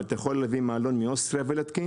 אבל אתה יכול להביא מעלון מאוסטריה ולהתקין